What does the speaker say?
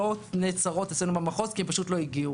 לא נעצרות אצלנו במחוז, כי לא הגיעו.